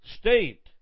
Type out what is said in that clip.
state